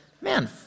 man